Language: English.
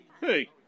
hey